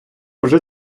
вже